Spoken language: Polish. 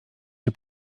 się